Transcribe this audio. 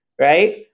right